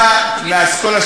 אתך יש לי ויכוח אידיאולוגי.